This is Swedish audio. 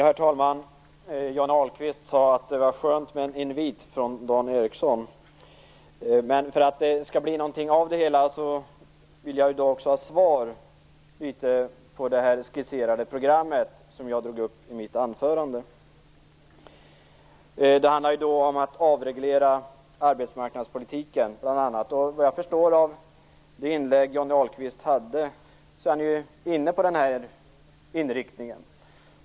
Herr talman! Johnny Ahlqvist sade att det var skönt med en invit från Dan Ericsson. Men för att det skall bli någonting av det hela vill jag ha svar på det skisserade program som jag berörde i mitt anförande. Det handlar först bl.a. om att avreglera arbetsmarknadspolitiken. Såvitt jag förstod av det inlägg som Johnny Ahlqvist gjorde är han inne på den inriktningen.